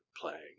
playing